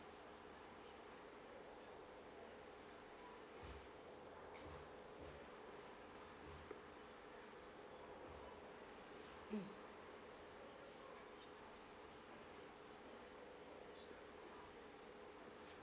mm